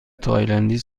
تایلندی